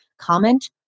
comment